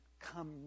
come